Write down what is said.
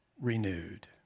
renewed